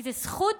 כי זו זכות